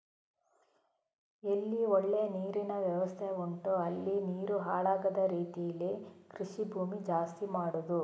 ಎಲ್ಲಿ ಒಳ್ಳೆ ನೀರಿನ ವ್ಯವಸ್ಥೆ ಉಂಟೋ ಅಲ್ಲಿ ನೀರು ಹಾಳಾಗದ ರೀತೀಲಿ ಕೃಷಿ ಭೂಮಿ ಜಾಸ್ತಿ ಮಾಡುದು